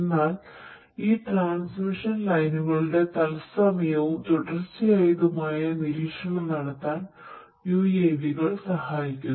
എന്നാൽ ഈ ട്രാൻസ്മിഷൻ ലൈനുകളുടെ തത്സമയവും തുടർച്ചയായതുമായ നിരീക്ഷണം നടത്താൻ UAV കൾ സഹായിക്കുന്നു